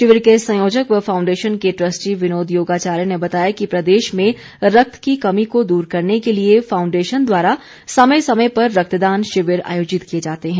शिविर के संयोजक व फाउंडेशन के ट्रस्टी विनोद योगाचार्य ने बताया कि प्रदेश में रक्त की कमी को दूर करने के लिए फाउंडेशन द्वारा समय समय पर रक्तदान शिविर आयोजित किए जाते है